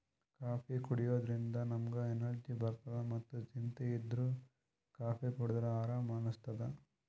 coffee ಕುಡ್ಯದ್ರಿನ್ದ ನಮ್ಗ್ energy ಬರ್ತದ್ ಮತ್ತ್ ಚಿಂತಿ ಇದ್ದೋರ್ ಕಾಫೀ ಕುಡದ್ರ್ ಆರಾಮ್ ಅನಸ್ತದ್